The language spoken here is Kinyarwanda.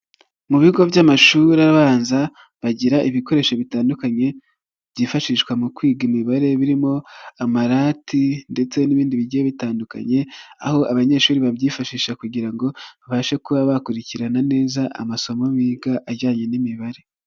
Mu bigo by'amashuri abanza, bagira ibikoresho bitandukanye byifashishwa mu kwiga imibare, birimo amarati ndetse n'ibindi bigiye bitandukanye, aho abanyeshuri babyifashisha kugira ngo babashe kuba bakurikirana neza amasomo biga ajyanye n'imibare.